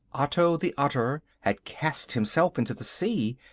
otto the otter had cast himself into the sea.